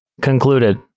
Concluded